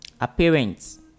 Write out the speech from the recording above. appearance